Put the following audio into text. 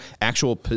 actual